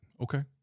okay